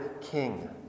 king